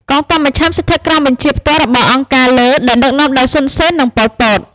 កងទ័ពមជ្ឈិមស្ថិតក្រោមបញ្ជាផ្ទាល់របស់ «អង្គការលើ» ដែលដឹកនាំដោយ សុន សេន និង ប៉ុល ពត។